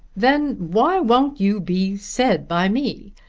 then why won't you be said by me?